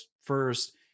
first